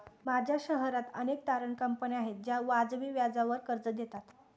माझ्या शहरात अनेक तारण कंपन्या आहेत ज्या वाजवी व्याजावर कर्ज देतात